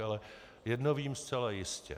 Ale jedno vím zcela jistě.